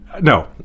No